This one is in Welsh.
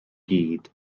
gyd